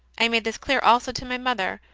i made this clear also to my mother,